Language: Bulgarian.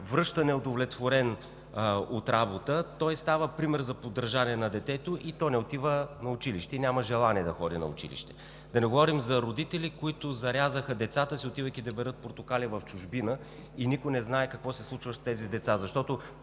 връща неудовлетворен от работа, той става пример за подражание на детето и то не отива на училище и няма желание да ходи на училище. Да не говорим за родители, които зарязаха децата си, отивайки да берат портокали в чужбина, и никой не знае, какво се случва с тези деца, защото